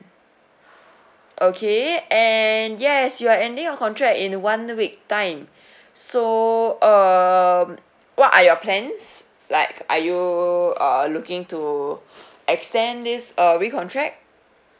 okay and yes you are ending your contract in one week time so err what are your plans like are you uh looking to extend this or recontract